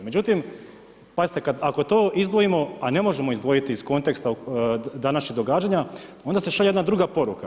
Međutim pazite, ako to izdvojimo, a ne možemo izdvojiti iz konteksta današnjih događanja, onda se šalje jedna druga poruka.